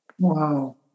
wow